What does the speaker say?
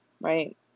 right